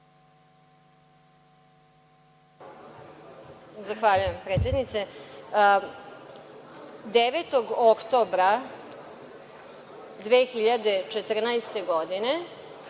Zahvaljujem, predsednice. Devetog oktobra 2014. godine